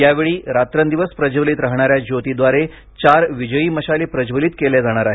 यावेळी रात्रंदिवस प्रज्वलित राहणाऱ्या ज्योतीद्वारे चार विजयी मशाली प्रज्वलित केल्या जाणार आहेत